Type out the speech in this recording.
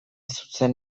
zuzen